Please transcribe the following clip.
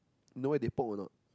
you know where they poke or not